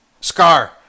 Scar